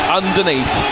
underneath